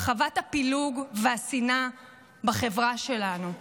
הרחבת הפילוג והשנאה בחברה שלנו.